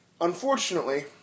Unfortunately